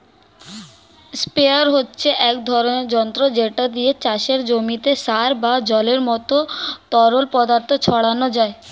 sprayer হচ্ছে এক ধরনের যন্ত্র যেটা দিয়ে চাষের জমিতে সার বা জলের মতো তরল পদার্থ ছড়ানো যায়